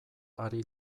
ari